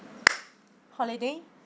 holiday